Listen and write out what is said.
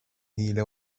حیله